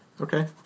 Okay